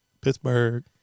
Pittsburgh